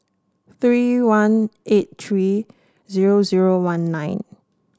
three one eight three zero zero one nine